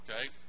okay